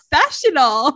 professional